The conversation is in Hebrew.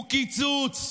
הוא קיצוץ.